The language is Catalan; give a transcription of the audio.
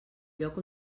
lloc